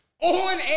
On